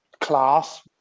class